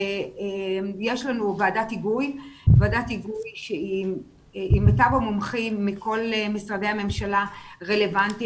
יש לנו ועדת היגוי שהיא עם מיטב המומחים מכל משרדי הממשלה הרלוונטיים,